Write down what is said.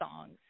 songs